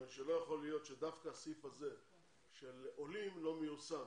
לא יכול להיות שדווקא הסעיף הזה של עולים לא מיושם